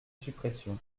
suppression